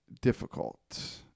difficult